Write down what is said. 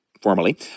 formally